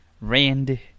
Randy